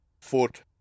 foot